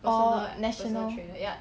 or national